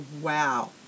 wow